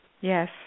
Yes